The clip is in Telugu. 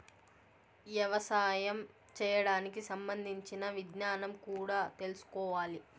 యవసాయం చేయడానికి సంబంధించిన విజ్ఞానం కూడా తెల్సుకోవాలి